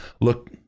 Look